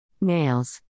Nails